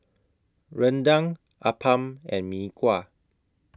Rendang Appam and Mee Kuah